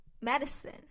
medicine